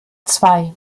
zwei